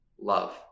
Love